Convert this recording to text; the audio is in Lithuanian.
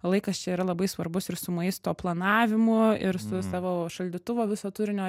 laikas čia yra labai svarbus ir su maisto planavimu ir su savo šaldytuvo viso turinio